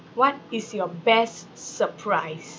what is your best surprise